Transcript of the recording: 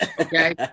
Okay